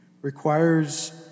requires